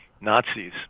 nazis